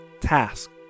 task